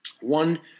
One